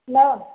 ନା